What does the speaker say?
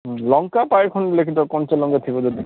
ଲଙ୍କା ପାଏ ଖଣ୍ଡ ଲେଖିଦିଅ କଞ୍ଚା ଲଙ୍କା ଥିବ ଯଦି